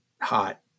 hot